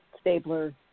Stabler